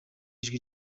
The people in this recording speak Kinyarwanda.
ijwi